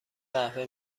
قهوه